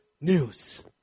news